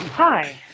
Hi